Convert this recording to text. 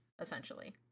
essentially